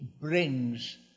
brings